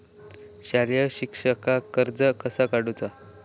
शालेय शिक्षणाक कर्ज कसा काढूचा?